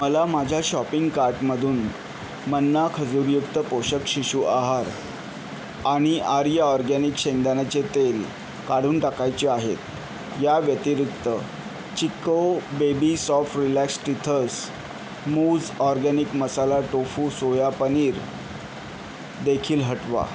मला माझ्या शॉपिंग कार्टमधून मन्ना खजूरयुक्त पोषक शिशु आहार आणि आर्य ऑरगॅनिक शेंगदाण्याचे तेल काढून टाकायचे आहेत या व्यतिरिक्त Chicco baby soft relax teethers मूझ organic masala tofu soya paneer देखील हटवा